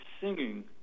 singing